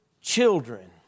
children